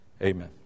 Amen